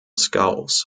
skulls